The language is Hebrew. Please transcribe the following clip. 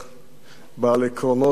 בעל עקרונות ברזל,